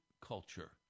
culture